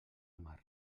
mar